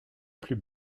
plus